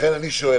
לכן אני שואל